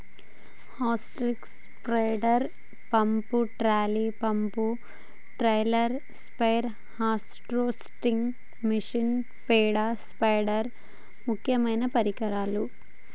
stroke sprayer pump, trolley pump, trailer spare, harvesting machine, పేడ spider ముక్యమైన పరికరాలు